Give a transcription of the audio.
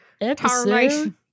Episode